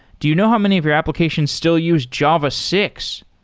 do you know how many of your applications still use java six?